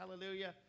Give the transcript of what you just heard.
Hallelujah